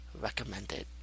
recommended